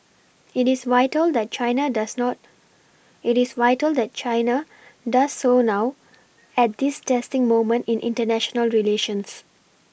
it is vital that China does not it is vital that China does so now at this testing moment in international relations